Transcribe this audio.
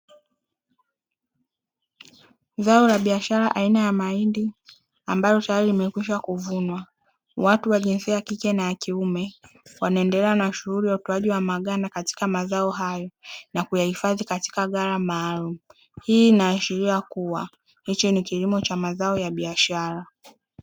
Zao la biashara aina ya mahindi ambalo tayari limekwisha kuvunwa, watu wa jinsia ya kike na ya kiume wanaendelea na shughuli ya utoaji wa maganda katika mazao hayo na kuyahifadhi katika ghala maalumu, hii inaashiria kuwa hichi ni kilimo cha mazao ya biashara.